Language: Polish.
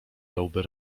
dałby